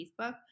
Facebook